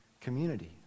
community